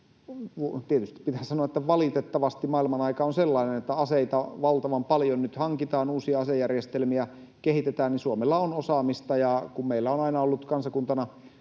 tietysti pitää sanoa, että valitettavasti maailman aika on sellainen — valtavan paljon nyt hankitaan, uusia asejärjestelmiä kehitetään, ja Suomella on osaamista. Kun meillä on aina ollut kansakuntana